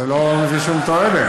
אז זה לא מביא שום תועלת.